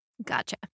Gotcha